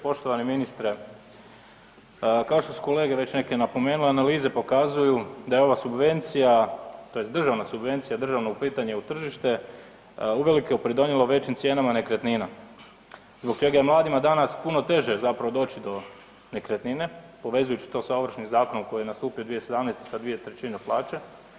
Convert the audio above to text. Poštovani ministre, kao što su kolege već neke napomenule analize pokazuju da je ova subvencija tj. državna subvencija, državno uplitanje u tržište, uvelike pridonijelo većim cijenama nekretnina zbog čega je mladima danas puno teže zapravo doći do nekretnine povezujući to sa Ovršnim zakonom koji je nastupio 2017. sa 2/3 plaće.